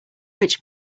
which